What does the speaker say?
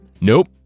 Nope